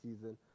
season